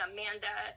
Amanda